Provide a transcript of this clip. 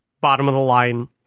bottom-of-the-line